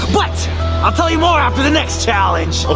but i'll tell you more after the next challenge. okay,